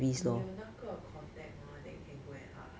你有那个 contact mah then can go and ask